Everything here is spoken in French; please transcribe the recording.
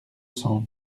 cents